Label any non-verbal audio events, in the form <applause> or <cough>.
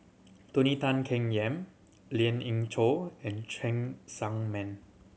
Tony Tan Keng Yam Lien Ying Chow and Cheng <unintelligible> Man